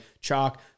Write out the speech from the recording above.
chalk